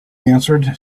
answered